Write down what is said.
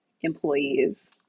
employees